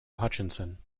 hutchinson